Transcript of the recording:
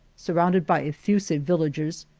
surrounded by effusive villagers,